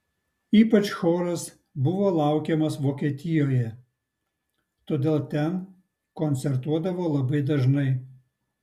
ypač choras buvo laukiamas vokietijoje todėl ten koncertuodavo labai dažnai